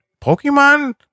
pokemon